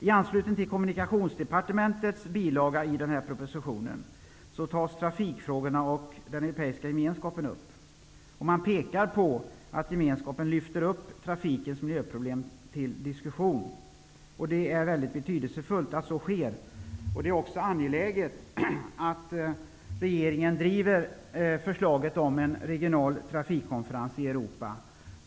I anslutning till Kommunikationsdepartementets bilaga till propositionen tas frågor om den europeiska gemenskapen och trafiken upp. Man pekar på att gemenskapen lyfter upp miljöproblemen i trafiken till diskussion. Det är betydelsefullt att så sker. Det är också angeläget att regeringen driver förslaget om en regional trafikkonferens i Europa.